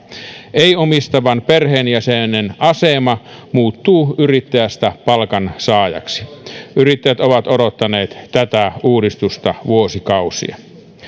ei omistavan perheenjäsenen asema muuttuu yrittäjästä palkansaajaksi yrittäjät ovat odottaneet tätä uudistusta vuosikausia